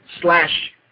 slash